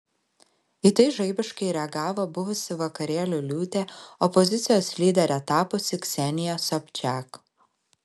į tai žaibiškai reagavo buvusi vakarėlių liūtė opozicijos lydere tapusi ksenija sobčak